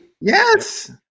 Yes